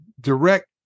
direct